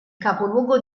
capoluogo